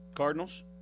Cardinals